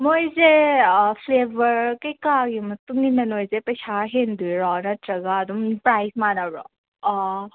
ꯃꯣꯏꯁꯦ ꯐ꯭ꯂꯦꯕꯔ ꯀꯩꯀꯥꯒꯤ ꯃꯇꯨꯡ ꯏꯟꯅ ꯅꯣꯏꯁꯦ ꯄꯩꯁꯥ ꯍꯦꯟꯗꯣꯏꯔꯣ ꯅꯠꯇ꯭ꯔꯒ ꯑꯗꯨꯝ ꯄ꯭ꯔꯥꯏꯁ ꯃꯥꯟꯅꯕ꯭ꯔꯣ ꯑꯣ